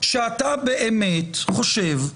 שאתה באמת חושב,